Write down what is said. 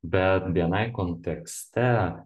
bet bni kontekste